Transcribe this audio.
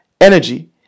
Energy